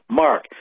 mark